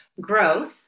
Growth